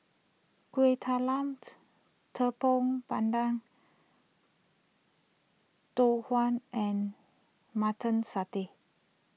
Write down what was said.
Kueh Talamt Tepong Pandan Tau Huay and Mutton Satay